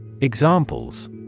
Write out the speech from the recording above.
Examples